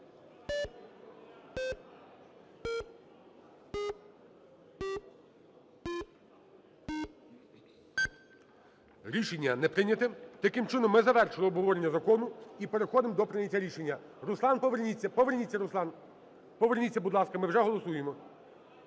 Рішення не прийнято. Таким чином, ми завершили обговорення закону і переходимо до прийняття рішення. Руслан, поверніться! Поверніться, Руслан! Поверніться, будь ласка, ми вже голосуємо.